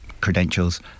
credentials